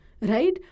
right